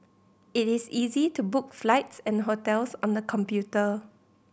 it is easy to book flights and hotels on the computer